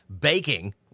baking